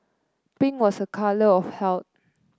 pink was a colour of health